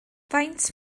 faint